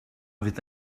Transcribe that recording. fydd